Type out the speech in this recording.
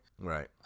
Right